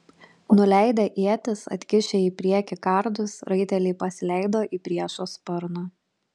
nuleidę ietis atkišę į priekį kardus raiteliai pasileido į priešo sparną